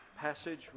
passage